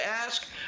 ask